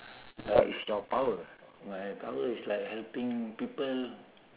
hel~ my power is like helping people